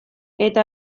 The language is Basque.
eta